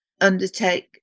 undertake